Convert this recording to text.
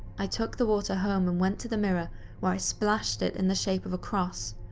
i took the water home and went to the mirror where i splashed it in the shape of a cross.